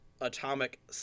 Atomic